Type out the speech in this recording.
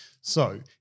so-